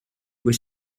was